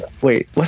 wait